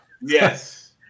Yes